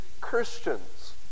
Christians